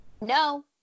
no